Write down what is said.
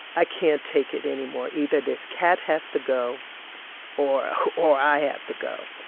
i can't take it anymore. either this cat has to go or or i have to go.